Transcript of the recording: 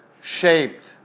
shaped